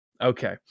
Okay